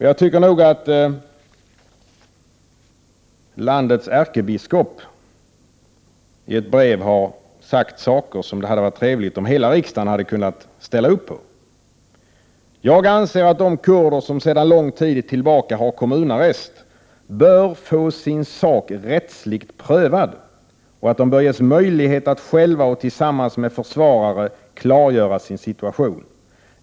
Jag tycker nog att landets ärkebiskop i ett brev har sagt saker som det hade varit trevligt om hela riksdagen hade kunnat ställa upp på: ”Jag anser att de kurder, som sedan lång tid tillbaka har kommunarrest, bör få sin sak rättsligt prövad och att de bör ges möjlighet att själva och tillsammans med försvarare klargöra sin situation.